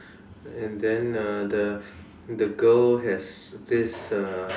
and then uh the the girl has this uh